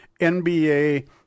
NBA